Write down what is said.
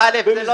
בפסקה (א)(3).